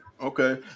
Okay